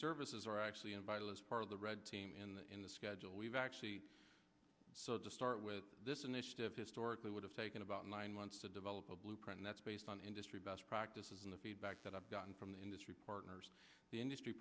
services are actually invited us part of the red team in the in the schedule we've actually to start with this initiative historically would have taken about nine months to develop a blueprint that's based on industry best practices and the feedback that i've gotten from the industry partners the industry